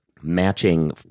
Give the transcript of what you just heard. matching